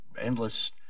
endless